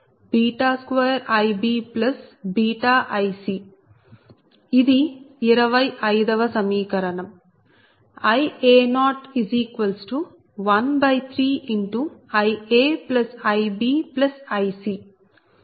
Ia213Ia2IbβIc ఇది 25 వ సమీకరణంIa013IaIbIc ఇది 26 వ సమీకరణం